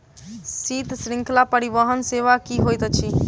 शीत श्रृंखला परिवहन सेवा की होइत अछि?